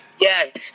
Yes